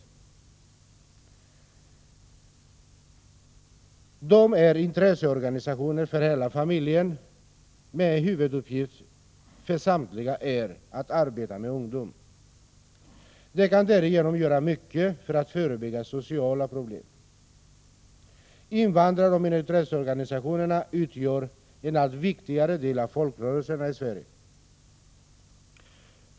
Invandrarföreningarna är intresseorganisationer för hela familjen, men en huvuduppgift för samtliga är att arbeta med ungdom. De kan därigenom göra mycket för att förebygga sociala problem. Invandraroch minoritetsorganisationerna utgör en allt viktigare del av folkrörelserna i Sverige.